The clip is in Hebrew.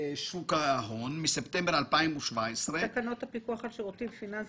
אלא שינויים שקשורים לנושאי ממשל